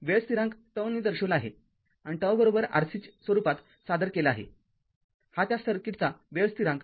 वेळ स्थिरांक ζ ने दर्शविला आहे आणि ζRC स्वरूपात सादर केला आहे हा त्या सर्किटचा वेळ स्थिरांक आहे